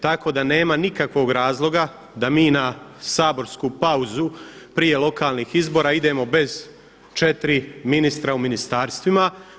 Tako da nema nikakvog razloga da mi na saborsku pauzu prije lokalnih izbora idemo bez četiri ministra u ministarstvima.